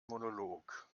monolog